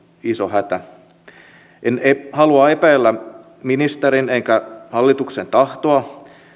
iso hätä en halua epäillä ministerin enkä hallituksen tahtoa